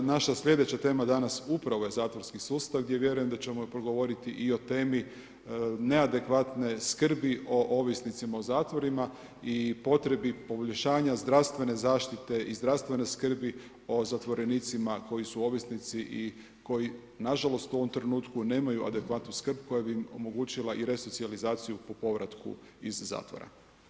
Naša slijedeća tema danas upravo je zatvorski sustav gdje vjerujem da ćemo progovoriti i o temi neadekvatne skrbi o ovisnicima u zatvorima i potrebi poboljšanja zdravstvene zaštite i zdravstvene skrbi o zatvorenicima koji su ovisnici i koji na žalost, u ovom trenutku nemaju adekvatnu skrb koja bi im omogućila i resocijalizaciju po povratku iz zatvora.